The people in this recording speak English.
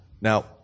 Now